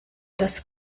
dass